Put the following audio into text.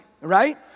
right